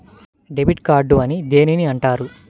Debit card అని దేనిని అంటారు?